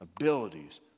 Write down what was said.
abilities